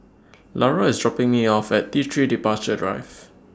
Lara IS dropping Me off At T three Departure Drive